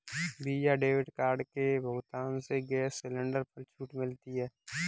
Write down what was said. visa debit card के भुगतान से गैस सिलेंडर पर छूट मिलती है